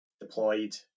deployed